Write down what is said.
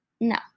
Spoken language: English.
No